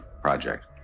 project